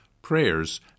prayers